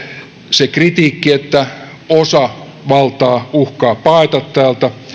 se kritiikki että osa valtaa uhkaa paeta täältä